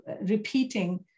repeating